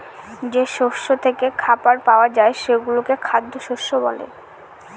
যে শস্য থেকে খাবার পাওয়া যায় সেগুলোকে খ্যাদ্যশস্য বলে